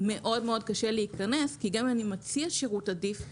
מאוד קשה להיכנס כי גם אם אני מציע שירות עדיף,